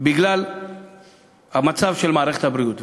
בגלל המצב של מערכת הבריאות.